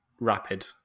rapid